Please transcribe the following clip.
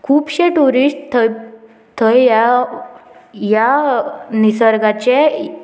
खुबशे ट्युरिस्ट थंय थंय ह्या ह्या निसर्गाचे